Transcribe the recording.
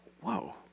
whoa